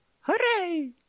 Hooray